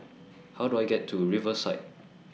How Do I get to Riverside